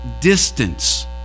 distance